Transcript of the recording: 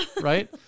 right